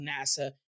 NASA